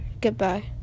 Goodbye